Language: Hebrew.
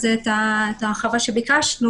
או לכתוב את זה יותר אובייקטיבי "חדלו להתקיים הנסיבות"?